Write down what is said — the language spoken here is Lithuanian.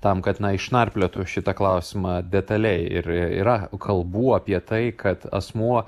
tam kad išnarpliotų šitą klausimą detaliai ir yra kalbų apie tai kad asmuo